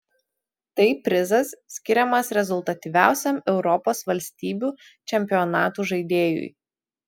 tai prizas skiriamas rezultatyviausiam europos valstybių čempionatų žaidėjui